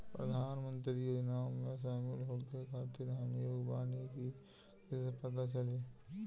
प्रधान मंत्री योजनओं में शामिल होखे के खातिर हम योग्य बानी ई कईसे पता चली?